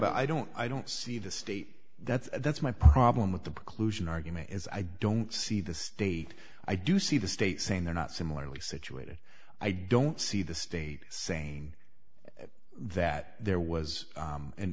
know i don't i don't see the state that's that's my problem with the preclusion argument is i don't see the state i do see the state saying they're not similarly situated i don't see the state saying that there was